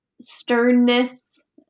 sternness